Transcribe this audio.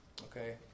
Okay